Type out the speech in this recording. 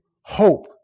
hope